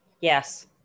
yes